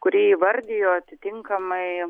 kuri įvardijo atitinkamai